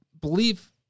believe